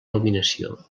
il·luminació